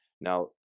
Now